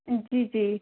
जी जी